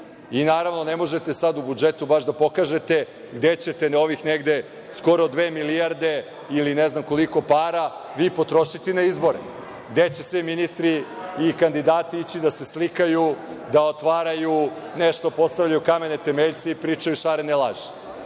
Naravno, ne možete u budžetu baš da pokažete gde ćete ovih skoro dve milijarde ili ne znam koliko para, vi potrošiti na izbore. Gde će sve ministri i kandidati ići da se slikaju, da otvaraju nešto, postavljaju kamene temeljce i pričaju šarene